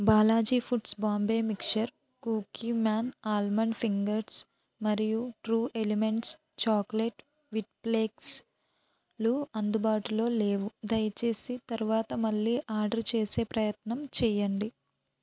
Balaji Foods Bombay mixture Cookieman almond fingers మరియు True Elements chocolate wheat ఫ్లెక్స్లు అందుబాటులో లేవు దయచేసి తర్వాత మళ్ళీ ఆర్డర్ చేసే ప్రయత్నం చెయ్యండి